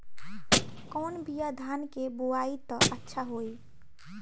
कौन बिया धान के बोआई त अच्छा होई?